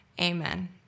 amen